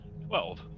Twelve